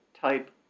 type